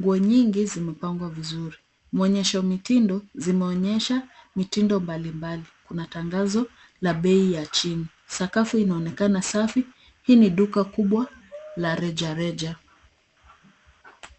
Nguo nyingi zimepangwa vizuri. Muonyesho mitindo inaonyesha mitindo mbalimbali. Kuna tangazo la chini. Sakafu inaonekana safi. Hii ni duka kubwa la rejareja.